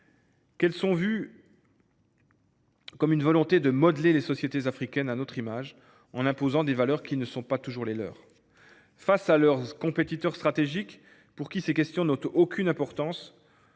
Elles sont vues comme une volonté de modeler les sociétés africaines à notre image, en imposant des valeurs qui ne sont pas toujours les leurs. Face à des compétiteurs stratégiques pour qui ces questions n’ont aucune importance,